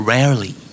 Rarely